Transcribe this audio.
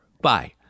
Bye